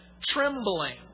trembling